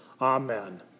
Amen